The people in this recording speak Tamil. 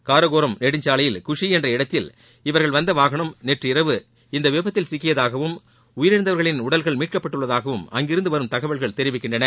காரக்கோரம் நெடுஞ்சாலையில் குஷி என்ற இடத்தில் இவர்கள் வந்த வாகனம் நேற்று இரவு இந்த விபத்தில் சிக்கியதாகவும் உயிரிழந்தவர்களின் உடல்கள் மீட்கப்பட்டுள்ளதாகவும் அங்கிருந்து வரும் தகவல்கள் தெரிவிக்கின்றன